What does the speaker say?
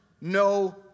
no